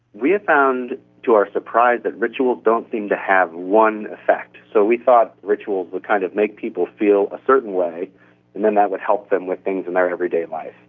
we have found to our surprise that rituals don't seem to have one effect. so we thought rituals would kind of make people feel a certain way and then that would help them with things in their everyday life.